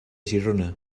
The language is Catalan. girona